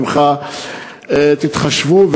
תתחשבו,